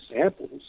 samples